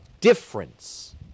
difference